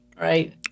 Right